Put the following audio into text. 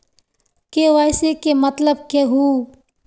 KYC के मतलब केहू?